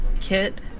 Kit